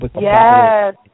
Yes